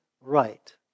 right